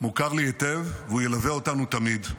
מוכר לי היטב, והוא ילווה אותנו תמיד.